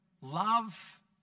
love